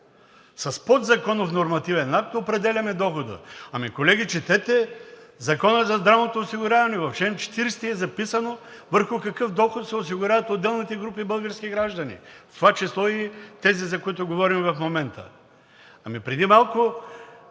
С подзаконов нормативен акт определяме дохода. Колеги, четете Закона за здравното осигуряване. В чл. 40 е записано върху какъв доход се осигуряват отделните групи български граждани, в това число и тези, за които говорим в момента. Преди малко